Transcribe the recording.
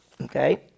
okay